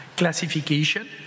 classification